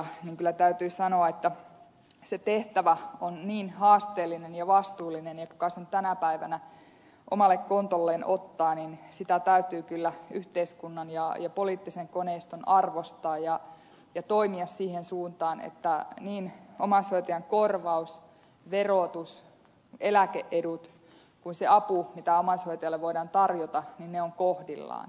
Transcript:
kyllä täytyy sanoa että se tehtävä on niin haasteellinen ja vastuullinen että sitä joka sen tänä päivänä omalle kontolleen ottaa täytyy kyllä yhteiskunnan ja poliittisen koneiston arvostaa ja toimia siihen suuntaan että niin omaishoitajan korvaus verotus eläke edut kuin se apu mitä omaishoitajalle voidaan tarjota ovat kohdillaan